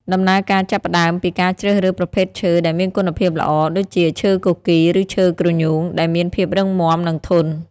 ដំណើរការចាប់ផ្ដើមពីការជ្រើសរើសប្រភេទឈើដែលមានគុណភាពល្អ ដូចជាឈើគគីរ ឬឈើគ្រញូង ដែលមានភាពរឹងមាំ និងធន់។